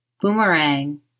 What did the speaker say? Boomerang